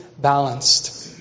balanced